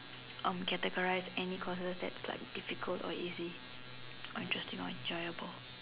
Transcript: um categorise any courses that like difficult or easy or interesting and enjoyable